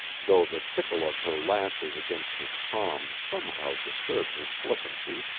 though the tickle of her lashes against his palm somehow disturbed his flippancy,